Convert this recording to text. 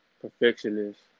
perfectionist